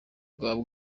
bwaba